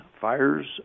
Fires